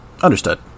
understood